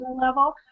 level